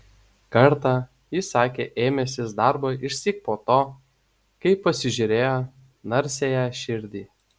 kartą jis sakė ėmęsis darbo išsyk po to kai pasižiūrėjo narsiąją širdį